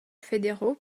fédéraux